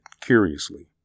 curiously